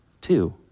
Two